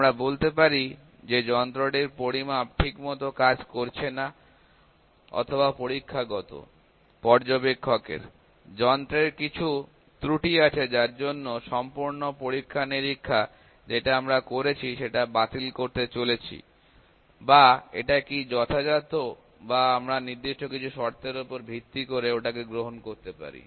আমরা বলতে পারি যে যন্ত্রটির পরিমাপ ঠিকমতো কাজ করছে না অথবা পরীক্ষাগত পর্যবেক্ষকের যন্ত্রের কিছু ত্রুটি আছে যার জন্য সম্পূর্ণ পরীক্ষা নিরীক্ষা যেটা আমরা করেছি সেটাকে বাতিল করতে চলেছি বা এটা কি যথাযথ বা আমরা কিছু নির্দিষ্ট শর্তের উপর ভিত্তি করে ওটাকে গ্রহণ করতে পারি